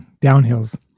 downhills